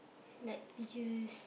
like pictures